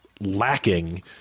lacking